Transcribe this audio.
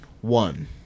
one